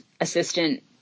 assistant